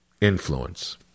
influence